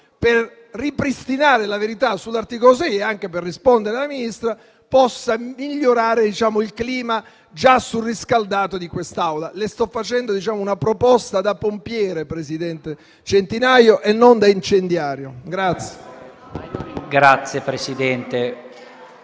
per ripristinare la verità sull'articolo 6 e anche per rispondere alla Ministra possa migliorare il clima già surriscaldato di quest'Aula. Le sto facendo una proposta da pompiere, presidente Centinaio, e non da incendiario.